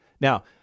Now